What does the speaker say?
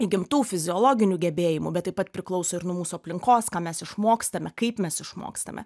įgimtų fiziologinių gebėjimų bet taip pat priklauso ir nuo mūsų aplinkos ką mes išmokstame kaip mes išmokstame